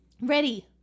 Ready